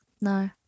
No